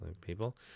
people